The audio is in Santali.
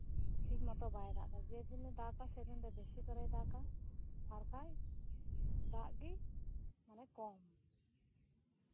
ᱴᱷᱤᱠ ᱢᱚᱛᱚ ᱵᱟᱭ ᱫᱟᱜᱟ ᱡᱮᱫᱤᱱᱮ ᱫᱟᱜᱟ ᱥᱮᱫᱤᱱ ᱫᱚ ᱵᱮᱥᱤ ᱠᱚᱨᱮᱭ ᱫᱟᱜᱟ ᱟᱨ ᱠᱷᱟᱡ ᱫᱟᱜ ᱜᱮ ᱠᱚᱢ